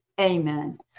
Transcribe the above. Amen